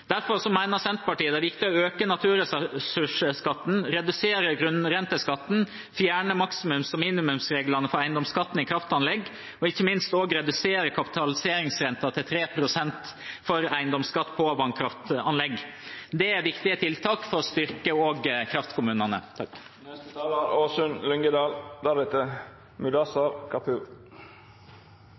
Derfor mener Senterpartiet det er viktig å øke naturressursskatten, redusere grunnrenteskatten, fjerne maksimums- og minimumsreglene for eiendomsskatten i kraftanlegg og ikke minst å redusere kapitaliseringsrenten til 3 pst. for eiendomsskatt på vannkraftanlegg. Dette er også viktige tiltak for å styrke kraftkommunene. Regjeringen Solberg har hver eneste høst finansiert lettelser i formuesskatten med stadig mer kreative avgiftsøkninger og